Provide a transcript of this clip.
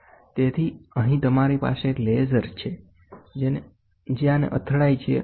તેથી અહીં તમારી પાસે એક લેસર છે જે આને અથડાય છે